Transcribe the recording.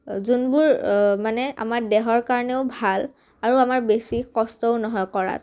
যোনবোৰ মানে আমাৰ দেহৰ কাৰণেও ভাল আৰু আমাৰ বেছি কষ্টও নহয় কৰাত